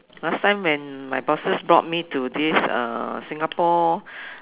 last time when my bosses brought me to this uh Singapore